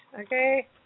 okay